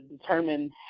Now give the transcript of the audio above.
determine